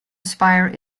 spire